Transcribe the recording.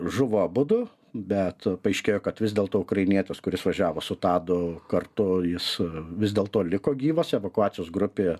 žuvo abudu bet paaiškėjo kad vis dėl to ukrainietis kuris važiavo su tadu kartu jis vis dėlto liko gyvas evakuacijos grupėje